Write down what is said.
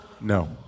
No